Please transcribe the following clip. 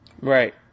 Right